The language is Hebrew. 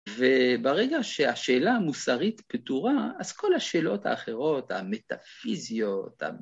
וברגע שהשאלה המוסרית פתורה, אז כל השאלות האחרות, המטאפיזיות,